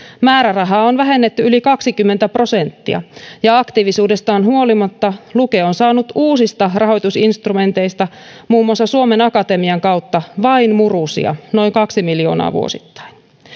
määrärahaa on vähennetty yli kaksikymmentä prosenttia ja aktiivisuudestaan huolimatta luke on saanut uusista rahoitusinstrumenteista muun muassa suomen akatemian kautta vain murusia noin kaksi miljoonaa vuosittain